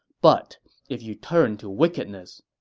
but if you turn to wickedness,